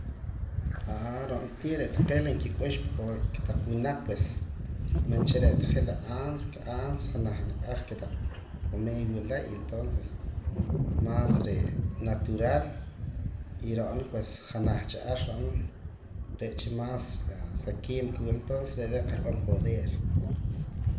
ron tii re' taqee' la nkik'ux kotaq winaq pues man cha re' ta je' la antes antes janaj naak ar kotaq q'omil wila entonces más re' natural y ro'na pues janaj cha ar re' cha más sa quimico entonces re' re' kaj rub'an joder.